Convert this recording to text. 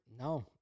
No